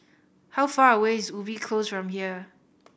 how far away is Ubi Close from here